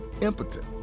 impotent